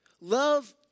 Love